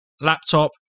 laptop